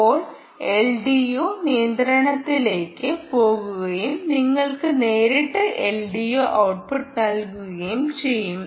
അപ്പോൾ എൽഡിഒ നിയന്ത്രണത്തിലേക്ക് പോകുകയും നിങ്ങൾക്ക് നേരിട്ട് എൽഡിഒ ഔട്ട്പുട്ട് നൽകുകയും ചെയ്യും